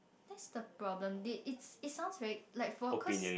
that's the problem they it's it's sounds very like for cause